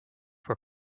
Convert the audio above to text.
were